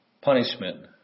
punishment